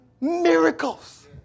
miracles